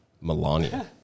Melania